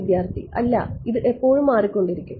വിദ്യാർത്ഥി ഇല്ല അത് എപ്പോഴും മാറിക്കൊണ്ടിരിക്കും